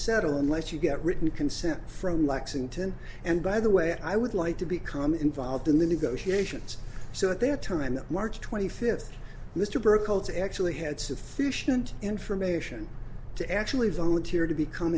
settle unless you get written consent from lexington and by the way i would like to become involved in the negotiations so that their time march twenty fifth mr berkowitz actually had sufficient information to actually volunteered to become